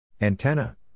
Antenna